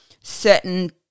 certain